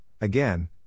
again